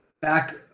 back